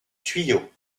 tuyau